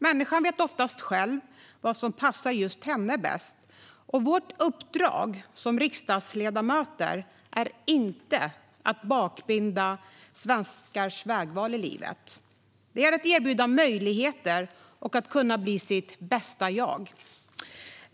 Människan vet oftast själv vad som passar just henne bäst, och vårt uppdrag som riksdagsledamöter är inte att bakbinda svenskar i deras vägval i livet utan att erbjuda dem möjligheter att bli sitt bästa jag.